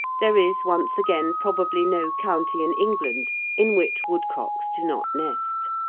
there is once again probably no county in england in which woodcocks do not nest.